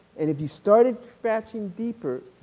and if you started scratching deeper,